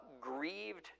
grieved